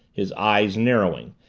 his eyes narrowing,